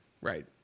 right